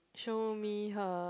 show me her